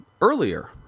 earlier